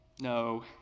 No